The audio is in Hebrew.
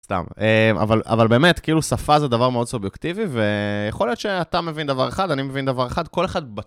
סתם, אבל, אבל באמת, שפה זה דבר מאוד סובייקטיבי, ויכול להיות שאתה מבין דבר אחד, אני מבין דבר אחד, כל אחד בט..